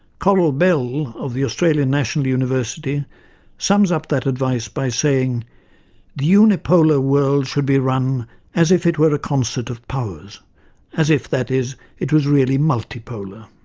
coral bell of the australian national university sums up that advice by saying, the unipolar world should be run as if it were a concert of powers as if, that is, it was really multipolar.